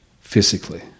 physically